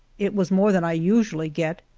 it was more than i usually get,